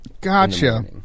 Gotcha